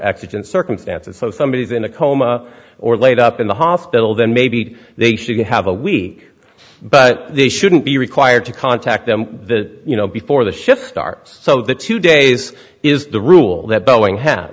exigent circumstances so if somebody is in a coma or laid up in the hospital then maybe they should have a week but they shouldn't be required to contact them that you know before the shift starts so that two days is the rule that boeing ha